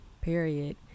period